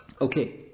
Okay